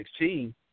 2016